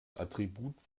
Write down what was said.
attribut